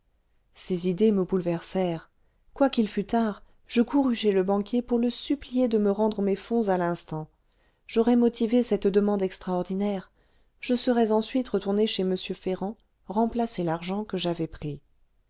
ces idées me bouleversèrent quoiqu'il fût tard je courus chez le banquier pour le supplier de me rendre mes fonds à l'instant j'aurais motivé cette demande extraordinaire je serais ensuite retourné chez m ferrand remplacer l'argent que j'avais pris